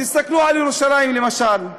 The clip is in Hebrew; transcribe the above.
תסתכלו על ירושלים, למשל.